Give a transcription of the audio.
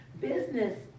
Business